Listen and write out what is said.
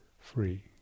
free